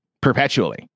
perpetually